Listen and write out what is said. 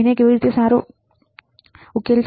આકૃતિમાં એક સારો ઉકેલ છે